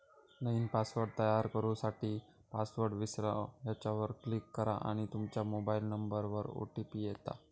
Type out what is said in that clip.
नईन पासवर्ड तयार करू साठी, पासवर्ड विसरा ह्येच्यावर क्लीक करा आणि तूमच्या मोबाइल नंबरवर ओ.टी.पी येता